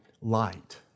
light